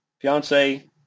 fiance